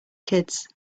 kids